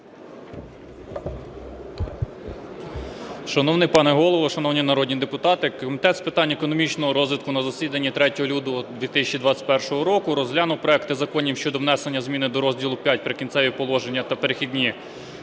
Шановний пане Голово, шановні народні депутати, Комітет з питань економічного розвитку на засіданні 3 лютого 2021 року розглянув проекти законів щодо внесення зміни до розділу V "Прикінцеві та перехідні